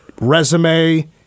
Resume